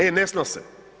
E, ne snose.